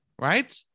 right